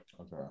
okay